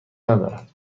ندارد